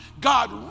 God